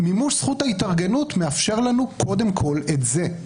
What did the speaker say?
מימוש זכות ההתארגנות מאפשר לנו קודם כול את זה.